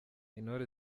intore